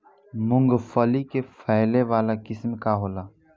मूँगफली के फैले वाला किस्म का होला?